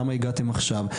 למה הגעתם עכשיו,